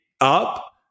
up